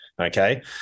Okay